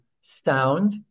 sound